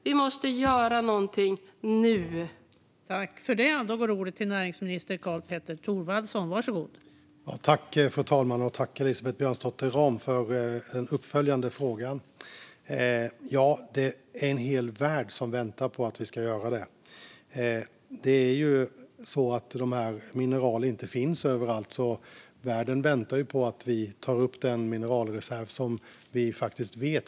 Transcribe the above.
Vi måste göra något nu, näringsministern.